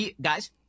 guys